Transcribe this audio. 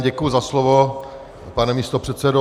Děkuji za slovo, pane místopředsedo.